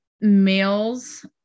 males